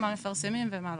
מה מפרסמים ומה לא.